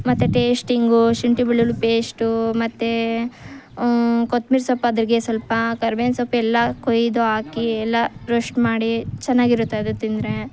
ಮತ್ತೆ ಟೇಸ್ಟಿಂಗು ಶುಂಠಿ ಬೆಳ್ಳುಳ್ಳಿ ಪೇಸ್ಟು ಮತ್ತೆ ಕೊತ್ಮಿರಿ ಸೊಪ್ಪು ಅದ್ರಾಗೆ ಸ್ವಲ್ಪ ಕರ್ಬೇವಿನ ಸೊಪ್ಪೆಲ್ಲ ಕೊಯ್ದು ಹಾಕಿ ಎಲ್ಲ ರೋಸ್ಟ್ ಮಾಡಿ ಚೆನ್ನಾಗಿರುತ್ತೆ ಅದು ತಿಂದರೆ